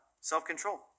Self-control